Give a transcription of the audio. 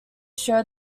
show